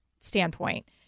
standpoint